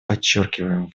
подчеркиваем